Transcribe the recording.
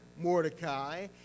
Mordecai